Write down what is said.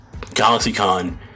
GalaxyCon